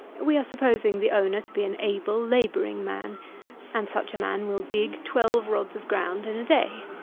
we are supposing the owner to be an able labouring man and such a man will dig twelve rods of ground in a day.